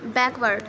backward